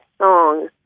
song